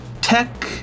tech